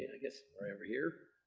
i guess right over here,